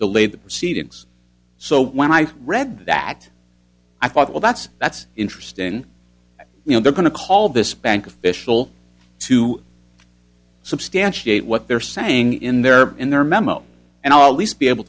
the late the proceedings so when i read that i thought well that's that's interesting you know they're going to call this bank official to substantiate what they're saying in their in their memo and all least be able